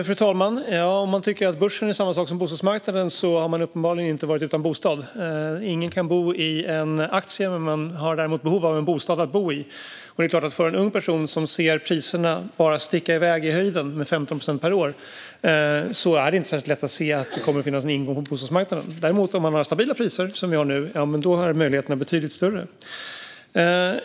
Fru talman! Om man tycker att börsen är samma sak som bostadsmarknaden har man uppenbarligen inte varit utan bostad. Ingen kan bo i en aktie, men man har behov av en bostad att bo i. Det är klart att det för en ung person som ser priserna skjuta i höjden med 15 procent per år inte är lätt att se en ingång på bostadsmarknaden. Om priserna däremot är stabila, vilket de är nu, är möjligheterna betydligt större.